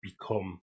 become